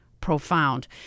profound